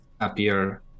appear